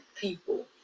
people